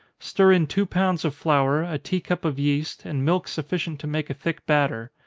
stir in two pounds of flour, a tea-cup of yeast, and milk sufficient to make a thick batter.